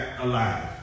alive